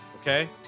okay